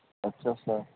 ਅੱਛਾ ਅੱਛਾ